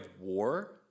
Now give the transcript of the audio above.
war